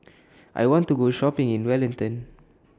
I want to Go Shopping in Wellington